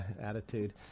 attitude